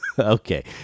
Okay